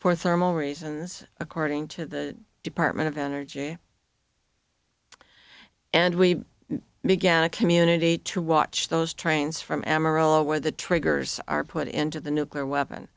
for thermal reasons according to the department of energy and we began a community to watch those trains from amarillo where the triggers are put into the nuclear weapon